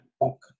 book